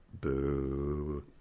Boo